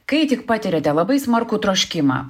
kai tik patiriate labai smarkų troškimą